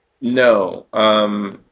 No